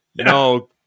No